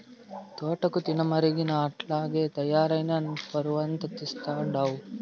తోటాకు తినమరిగి అట్టాగే తయారై నా పరువంతా తీస్తండావు